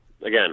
again